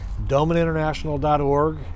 domaninternational.org